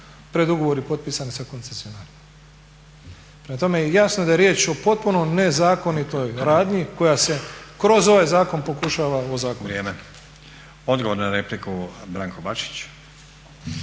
predugovori potpisani sa koncesionarima. Prema tome jasno da je riječ o potpuno nezakonitoj radnji koja se kroz ovaj zakon pokušava ozakoniti. **Stazić, Nenad (SDP)** Vrijeme. odgovor na repliku Branko Bačić.